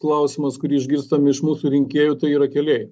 klausimas kurį išgirstam iš mūsų rinkėjų tai yra keliai